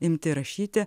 imti rašyti